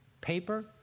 paper